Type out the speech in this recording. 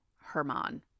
Herman